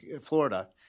Florida